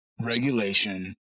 regulation